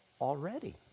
already